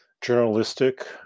journalistic